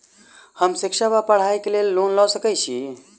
हम शिक्षा वा पढ़ाई केँ लेल लोन लऽ सकै छी?